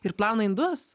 ir plauna indus